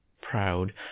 proud